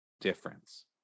difference